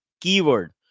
Keyword